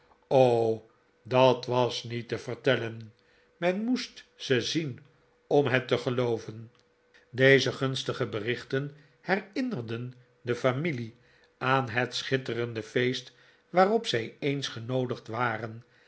dat was niet te vertellen men moest ze zien om het te gelooven deze gunstige berichten herinnerden de familie aan het schitterende feest waarop zij eens genoodigd waren